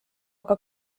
aga